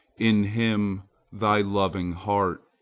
in him thy loving heart.